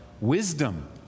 wisdom